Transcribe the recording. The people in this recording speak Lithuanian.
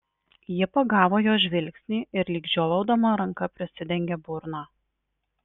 ji pagavo jo žvilgsnį ir lyg žiovaudama ranka prisidengė burną